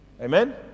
Amen